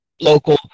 Local